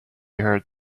heard